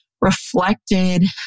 reflected